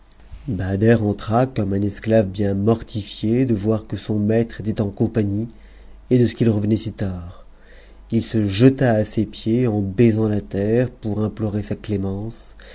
entra comme un esclave bien mortifié de voir que son maître était en compagnie et de ce qu'il revenait si tard ii se jeta à ses pieds en baisant la terre pour implorer sa clémence